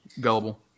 gullible